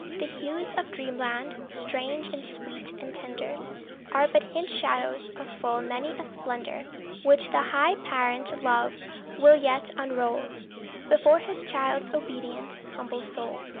the hues of dreamland, strange and sweet and tender are but hint-shadows of full many a splendour which the high parent-love will yet unroll before his child's obedient, humble soul.